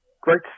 Great